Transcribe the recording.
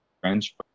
French